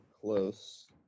close